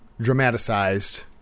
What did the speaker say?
dramatized